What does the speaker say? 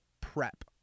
prep